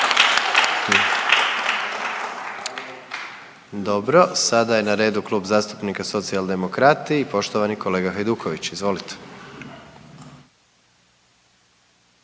Dobro, sada je na redu Klub zastupnika Socijaldemokrati i poštovani kolega Hajduković, izvolite.